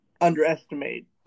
underestimate